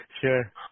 Sure